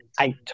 eight